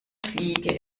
fliege